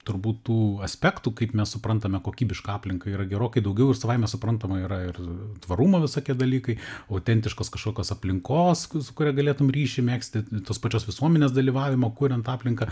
turbūt tų aspektų kaip mes suprantame kokybišką aplinką yra gerokai daugiau ir savaime suprantama yra ir tvarumo visokie dalykai autentiškos kažkokios aplinkos su kuria galėtum ryšį megzti tos pačios visuomenės dalyvavimo kuriant aplinką